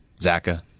Zaka